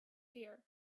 fear